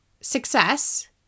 success